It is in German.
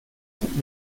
sind